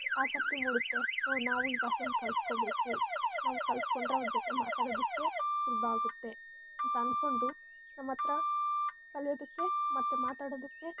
ಆಸಕ್ತಿ ಮೂಡುತ್ತೆ ಒ ನಾವು ಈ ಭಾಷೆನ ಕಲ್ತ್ಕೋಬೇಕು ನಾವು ಕಲ್ತ್ಕೊಂಡ್ರೆ ಅವರ ಜೊತೆ ಮಾತಾಡೋದಕ್ಕೆ ಸುಲಭ ಆಗುತ್ತೆ ಅಂತ ಅನ್ಕೊಂಡು ನಮ್ಹತ್ರ ಕಲಿಯೋದಕ್ಕೆ ಮತ್ತು ಮಾತಾಡೋದಕ್ಕೆ